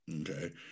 Okay